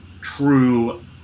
True